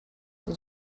did